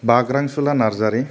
बाग्रांसुला Narzary